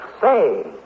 Say